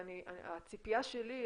והציפייה שלי,